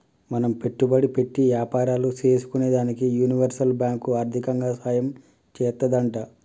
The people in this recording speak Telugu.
మనం పెట్టుబడి పెట్టి యాపారాలు సేసుకునేదానికి యూనివర్సల్ బాంకు ఆర్దికంగా సాయం చేత్తాదంట